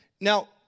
Now